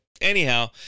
anyhow